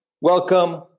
Welcome